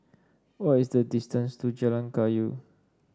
what is the distance to Jalan Kayu